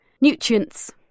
Nutrients